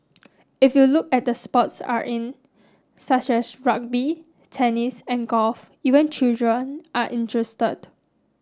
if you look at the sports are in such as rugby tennis and golf even children are interested